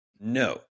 No